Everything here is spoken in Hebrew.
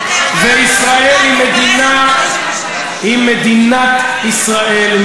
ישראל היא מדינת ישראל,